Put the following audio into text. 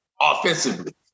offensively